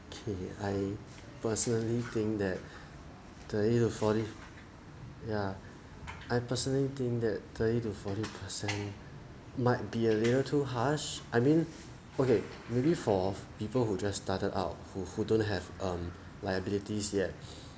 K I personally think that thirty to forty yeah I personally think that thirty to forty percent might be a little too harsh I mean okay maybe for people who just started out who who don't have um liabilities yet